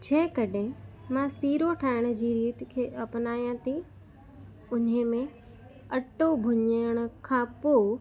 जंहिं कॾहिं मां सीरो ठाहिण जी रीत खे अपनाया थी हुन में अटो भुञण खां पोइ